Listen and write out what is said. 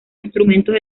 instrumentos